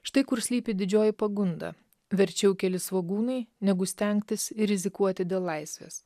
štai kur slypi didžioji pagunda verčiau keli svogūnai negu stengtis rizikuoti dėl laisvės